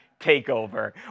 takeover